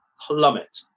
plummet